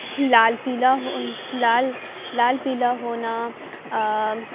لال پیلا ہو لال لال پیلا ہونا